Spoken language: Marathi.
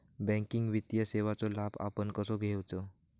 बँकिंग वित्तीय सेवाचो लाभ आपण कसो घेयाचो?